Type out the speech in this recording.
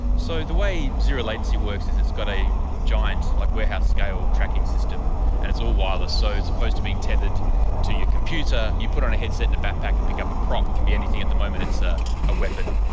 so the way zero latency works is it's got a giant like warehouse scale tracking system and it's all wireless. so as opposed to being tethered to your computer you put on a headset and a backpack and pick up a prop. it could be anything. at the moment it's a a weapon.